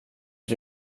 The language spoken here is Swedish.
att